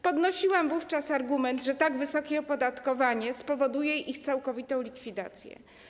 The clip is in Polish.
Podnosiłam wówczas argument, że tak wysokie opodatkowanie spowoduje ich całkowitą likwidację.